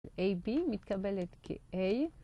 A, B מתקבלת כ-A.